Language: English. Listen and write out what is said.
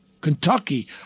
Kentucky